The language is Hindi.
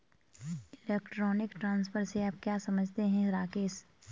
इलेक्ट्रॉनिक ट्रांसफर से आप क्या समझते हैं, राकेश?